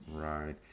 right